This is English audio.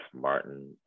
Martin